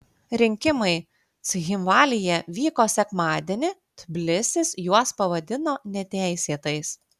rinkimai cchinvalyje vyko sekmadienį tbilisis juos pavadino neteisėtais